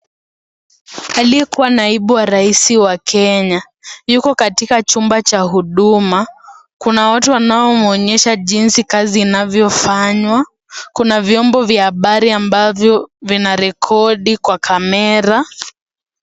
Aliyekua naibu rais wa Kenya yuko katika chumba cha huduma, kuna watu wanaomuonyesha jinsi kazi inavyofanywa, kuna vyombo vya habari ambavyo vinarekodi kwa kamera.